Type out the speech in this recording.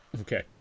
Okay